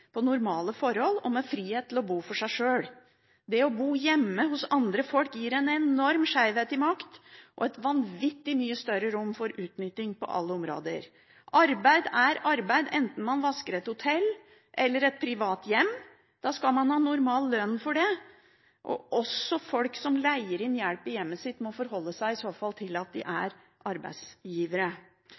normale forhold og med frihet til å bo for seg sjøl. Det å bo hjemme hos andre folk gir en enorm skjevhet i makt og et vanvittig mye større rom for utnytting på alle områder. Arbeid er arbeid enten man vasker et hotell eller et privat hjem. Da skal man ha normal lønn for det. Også folk som leier inn hjelp i hjemmet sitt, må i så fall forholde seg til at de er arbeidsgivere.